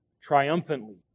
triumphantly